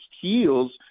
heals